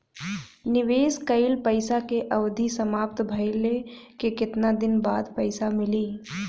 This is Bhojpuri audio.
निवेश कइल पइसा के अवधि समाप्त भइले के केतना दिन बाद पइसा मिली?